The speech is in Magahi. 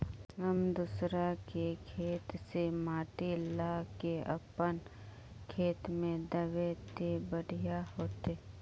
हम दूसरा के खेत से माटी ला के अपन खेत में दबे ते बढ़िया होते?